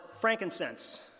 frankincense